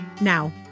Now